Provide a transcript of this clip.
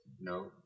No